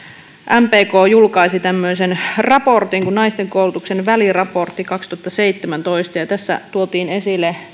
mpk julkaisi tämmöisen raportin kuin naisten koulutuksen väliraportti kaksituhattaseitsemäntoista ja tässä tuotiin esille